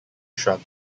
shrub